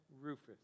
Rufus